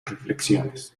reflexiones